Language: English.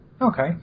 Okay